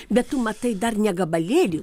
bet tu matai dar ne gabalėlį